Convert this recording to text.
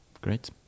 Great